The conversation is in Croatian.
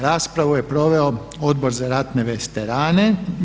Raspravu je proveo Odbor za ratne veterane.